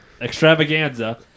Extravaganza